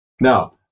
Now